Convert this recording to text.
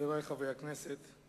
חברי חברי הכנסת,